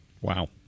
Wow